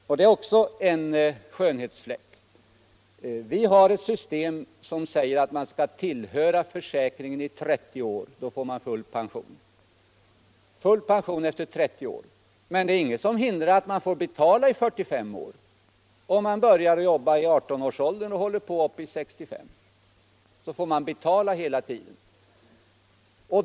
Även där finns en skönhetsfläck. Det nuvarande systemet säger att man måste tillhöra försäkringen i 30 år för att få full pension. Men ingenting hindrar att man får betala i 45 år. Om man börjar jobba i 18-årsåldern och håller på tills man blir 65 år, får man betala hela tiden.